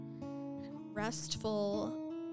restful